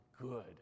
good